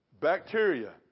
bacteria